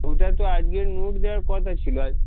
ওটা তো আজকের নোট দেওয়ার কথা ছিলো আজ